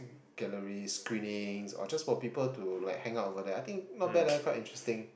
galleries screenings or just for people to like hang out over there I think not bad leh quite interesting